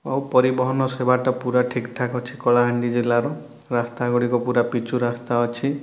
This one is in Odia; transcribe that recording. ଆଉ ପରିବହନ ସେବା ଟା ପୁରା ଠିକ୍ ଠାକ୍ ଅଛି କଳାହାଣ୍ଡି ଜିଲ୍ଲାର ରାସ୍ତାଗୁଡ଼ିକ ପୁରା ପିଚୁ ରାସ୍ତା ଅଛି